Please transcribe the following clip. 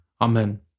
Amen